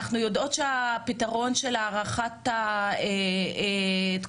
אנחנו יודעות שהפתרון של הארכת תקופת